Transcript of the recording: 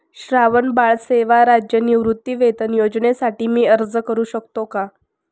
श्रावणबाळ सेवा राज्य निवृत्तीवेतन योजनेसाठी मी अर्ज करू शकतो का?